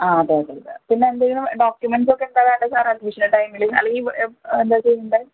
ആ അതെ അതെ അതെ പിന്നെ എന്തെങ്കിലും ഡോക്യുമെൻ്റ്സ് ഒക്കെ എന്താ വേണ്ടത് സാറെ അഡ്മിഷൻ്റെ ടൈമിൽ അല്ലെങ്കിൽ എന്താ ചെയ്യേണ്ടത്